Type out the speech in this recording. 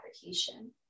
fabrication